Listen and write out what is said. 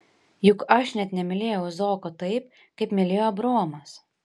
juk aš net nemylėjau izaoko taip kaip mylėjo abraomas